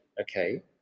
okay